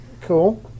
Cool